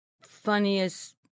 funniest